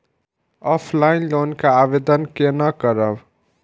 Offline loan के आवेदन केना करब?